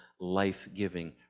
life-giving